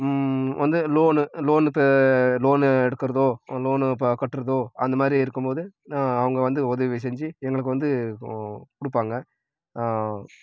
வந்து loan loan இப்போ loan எடுக்கிறதோ லோனு இப்போ கட்டுறதோ அந்தமாதிரி இருக்கும்போது நான் அவங்க வந்து உதவி செஞ்சு எங்களுக்கு வந்து கொடுப்பாங்க